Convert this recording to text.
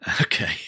Okay